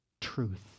truth